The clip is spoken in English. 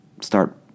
start